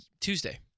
Tuesday